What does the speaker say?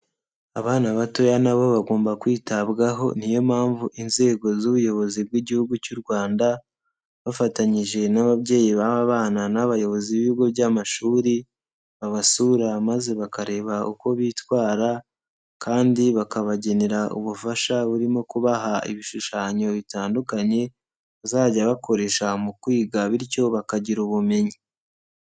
Abana batoya nabo bagomba kwitabwaho, niyo mpamvu inzego z'ubuyobozi bw'Igihugu cy'u Rwanda, bafatanyije n'ababyeyi b'aba bana n'abayobozi b'ibigo by'amashuri, babasura maze bakareba uko bitwara, kandi bakabagenera ubufasha burimo kubaha ibishushanyo bitandukanye, bazajya bakoresha mu kwiga bityo bakagira ubumenyi.